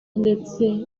ndetse